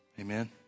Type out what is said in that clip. Amen